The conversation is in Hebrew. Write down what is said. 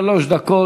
לרשותך שלוש דקות.